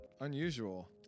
unusual